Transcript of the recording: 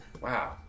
wow